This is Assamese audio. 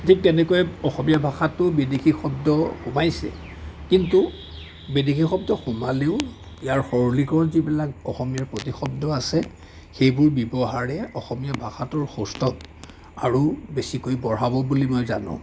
ঠিক তেনেকুৱাকৈ অসমীয়া ভাষাটো বিদেশী শব্দ সোমাইছে কিন্তু বিদেশী শব্দ সোমালেও ইয়াৰ সৱলীকৰণ যিবিলাক অসমীয়াৰ প্ৰতিশব্দ আছে সেইবোৰ ব্যৱহাৰে অসমীয়া ভাষাটোৰ সৌস্তভ আৰু বেছিকৈ বঢ়াব বুলি মই জানোঁ